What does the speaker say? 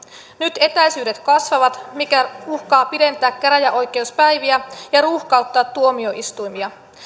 nyt etäisyydet kasvavat mikä uhkaa pidentää käräjäoikeuspäiviä ja ruuhkauttaa tuomioistuimia